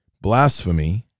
blasphemy